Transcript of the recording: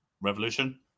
revolution